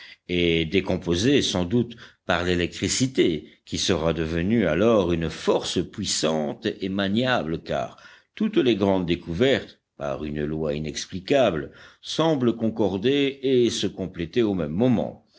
et décomposée sans doute par l'électricité qui sera devenue alors une force puissante et maniable car toutes les grandes découvertes par une loi inexplicable semblent concorder et se compléter au même moment